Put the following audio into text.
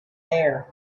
there